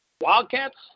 Wildcats